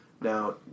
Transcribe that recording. Now